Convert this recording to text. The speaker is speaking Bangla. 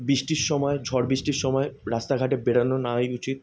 বৃষ্টির সময়ে ঝড় বৃষ্টির সময় রাস্তা ঘাটে বেরোনো নাই উচিৎ